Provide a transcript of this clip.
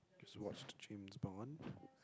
I just watched James-Bond